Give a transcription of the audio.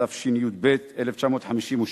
התשי"ב 1952,